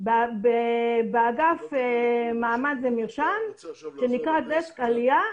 באגף מעמד ומרשם שנקרא דסק עלייה.